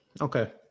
Okay